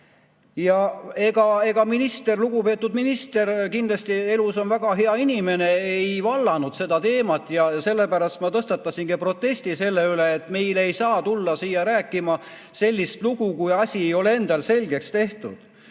on ebaebaselge. Lugupeetud minister, kes kindlasti elus on väga hea inimene, ei vallanud seda teemat ja sellepärast ma tõstatasingi protesti selle vastu, et meile ei saa tulla siia rääkima sellist lugu, kui asi ei ole endale selgeks tehtud.